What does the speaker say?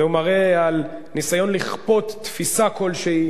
זה מראה ניסיון לכפות תפיסה כלשהי